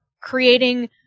creating